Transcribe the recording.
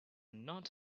not